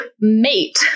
mate